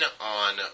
on